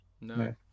No